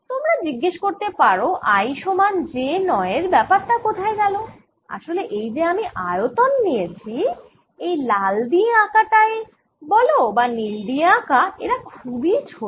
তোমরা জিজ্ঞেস করতে পারো i সমান j নয় এর ব্যাপার টা কোথায় গেল আসলে এই যে আমরা আয়তন নিয়েছি এই লাল দিয়ে আঁকা টাই বল বা নীল দিয়ে আঁকা এরা খুবই ছোট